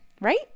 right